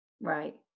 Right